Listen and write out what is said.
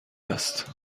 است